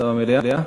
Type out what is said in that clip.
נמצא במליאה?